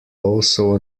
also